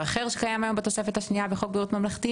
אחר שקיים היום בתוספת השנייה בחוק בריאות ממלכתי